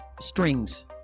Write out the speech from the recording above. Strings